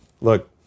look